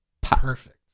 Perfect